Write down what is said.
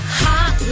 hot